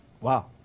Wow